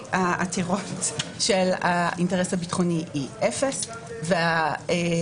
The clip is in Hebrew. לגבי העתירות של האינטרס הביטחוני היא אפס ולגבי